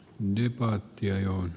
nyt kaikki on